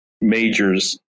majors